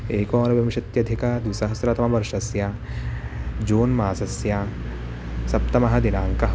एकोनविंशत्यधिकद्विसहस्रतमवर्षस्य June मासस्य सप्तमः दिनाङ्कः